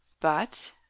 But